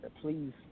please